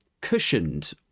cushioned